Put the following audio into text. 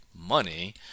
Money